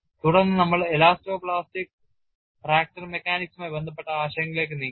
തുടർന്ന് നമ്മൾ elasto plastic fracture മെക്കാനിക്സുമായി ബന്ധപ്പെട്ട ആശയങ്ങളിലേക്ക് നീങ്ങി